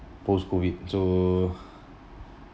post-COVID so